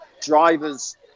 drivers